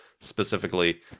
specifically